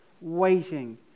waiting